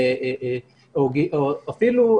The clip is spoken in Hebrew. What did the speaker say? אפילו,